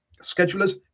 Schedulers